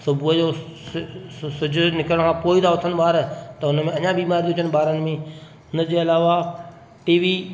सुबूह जो सिस सिजु निकिरण खां पोइ ई था उथनि ॿार त उन में अञा बीमारियूं थियूं थियनि ॿारनि में हुन जे अलावा टी वी